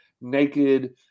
naked